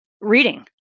reading